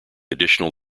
additional